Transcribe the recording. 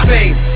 Fame